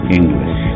English